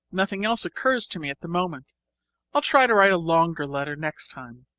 nothing else occurs to me at the moment i'll try to write a longer letter next time.